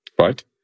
Right